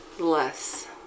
Less